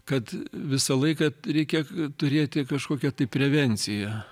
kad visą laiką reikia turėti kažkokią tai prevenciją